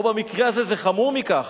או במקרה הזה זה חמור מכך,